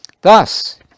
Thus